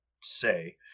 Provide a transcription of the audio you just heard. say